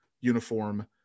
uniform